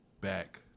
Back